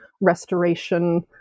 Restoration